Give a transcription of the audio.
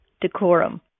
decorum